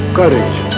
courage